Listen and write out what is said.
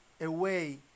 away